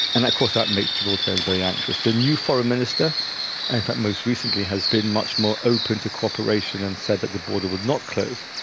and of course that makes gibraltarians very anxious. the new foreign minister in fact most recently has been much more open to cooperation and said that the border would not close.